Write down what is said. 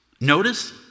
Notice